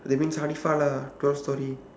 that means lah twelve storey